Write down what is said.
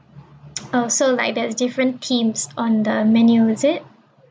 oh so like there's different themes on the menu is its